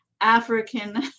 African